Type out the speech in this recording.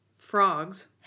Frogs